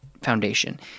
foundation